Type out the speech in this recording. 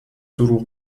دروغ